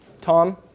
Tom